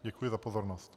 Děkuji za pozornost.